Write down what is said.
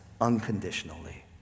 unconditionally